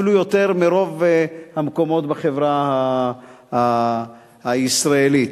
אפילו יותר מברוב המקומות בחברה הישראלית.